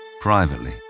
Privately